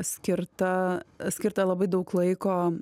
skirta skirta labai daug laiko